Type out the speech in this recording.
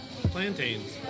Plantains